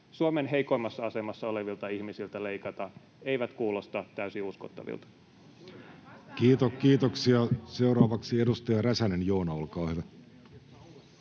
Suomen heikoimmassa asemassa olevilta ihmisiltä leikata, eivät kuulosta täysin uskottavilta. Kiitoksia. — Seuraavaksi edustaja Räsänen, Joona, olkaa hyvä.